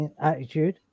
attitude